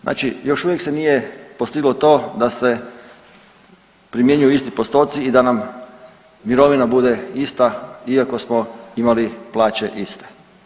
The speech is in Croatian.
Znači još uvijek se nije postiglo to da se primjenjuju isti postoci i da nam mirovina bude ista iako smo imali plaće iste.